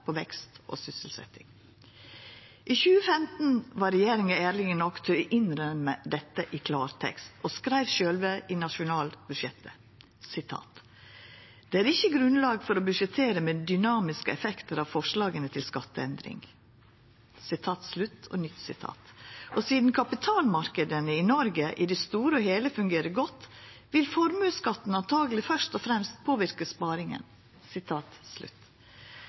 på vekst og sysselsetjing. For 2015 var regjeringa ærleg nok til å innrømma dette i klartekst og skreiv sjølv i budsjettet: «Det er ikke grunnlag for å budsjettere med dynamiske effekter i 2015 av forslagene til skatteendring.» Vidare skreiv dei: «Siden kapitalmarkedene i Norge i det store og hele fungerer godt, vil formuesskatten antagelig først og fremst påvirke sparingen.»